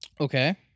Okay